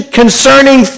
concerning